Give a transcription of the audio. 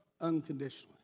unconditionally